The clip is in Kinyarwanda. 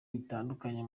bitandukanye